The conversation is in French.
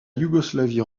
yougoslavie